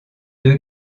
deux